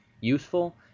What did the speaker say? useful